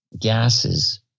gases